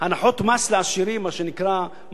מה שנקרא, מס הכנסה במס ישיר.